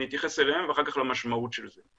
אני אתייחס אליהם ואחר כך למשמעות של זה.